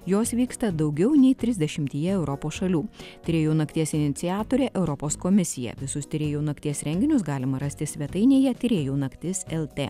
jos vyksta daugiau nei trisdešimtyje europos šalių tyrėjų nakties iniciatorė europos komisija visus tyrėjų nakties renginius galima rasti svetainėje tyrėjų naktis lt